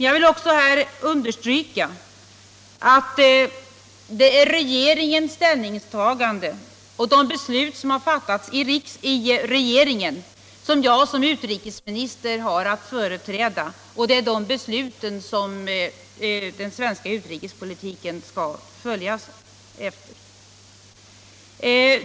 Jag vill också här understryka att det är regeringens ställningstagande och det beslut som fattats av regeringen som jag som utrikesminister har att företräda, och det är de besluten som den svenska utrikespolitiken skall följa.